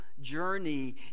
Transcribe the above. journey